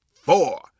four